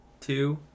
two